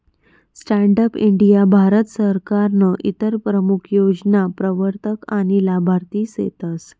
stand up India Bharat सरकारनं इतर प्रमूख योजना प्रवरतक आनी लाभार्थी सेतस